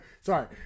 sorry